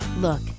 Look